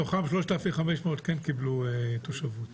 מתוכן, 3,500 כן קיבלו תושבות.